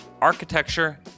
architecture